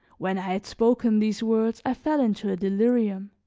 when i had spoken these words i fell into a delirium.